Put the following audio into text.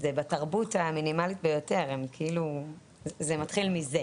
זה בתרבות המינימלית ביותר, זה מתחיל מזה.